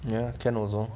ya can also